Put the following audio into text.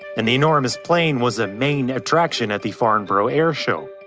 and the enormous plane was a main attraction at the farnborough airshow.